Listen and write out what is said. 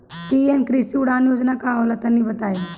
PM Krishi Udan Yojana का होला तनि बताई?